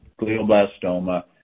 glioblastoma